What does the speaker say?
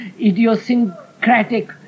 idiosyncratic